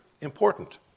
important